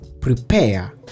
prepare